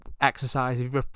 exercise